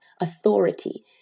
authority